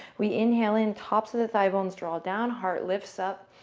we inhale in. tops of the thigh bones draw down, heart lifts up,